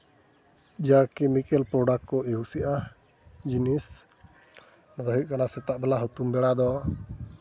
ᱡᱟ chemical product ᱠᱚ use ᱮᱫᱟ ᱡᱤᱱᱤᱥ ᱦᱩᱭᱩᱜ ᱠᱟᱱᱟ ᱥᱮᱛᱟᱜ ᱵᱮᱞᱟ ᱦᱩᱛᱩᱢ ᱵᱮᱲᱟ ᱫᱚ